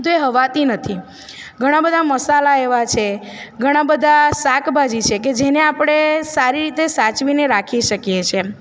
તો એ હવાતી નથી ઘણા બધા મસાલા એવા છે ઘણા બધા શાકભાજી છે કે જેને આપણે સારી રીતે સાચવીને રાખી શકીએ છીએ